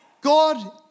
God